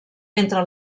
entre